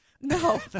no